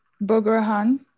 Bograhan